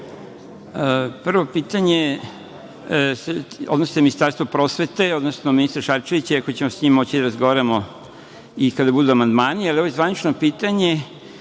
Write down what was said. pitanje se odnosi na Ministarstvo prosvete, odnosno ministra Šarčevića, iako ćemo sa njim moći da razgovaramo kada budu amandmani, ali ovo je zvanično pitanje